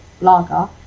lager